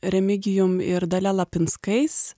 remigijum ir dalia lapinskais